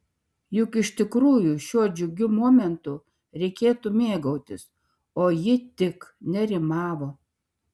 juk iš tikrųjų šiuo džiugiu momentu reikėtų mėgautis o ji tik nerimavo